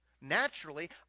Naturally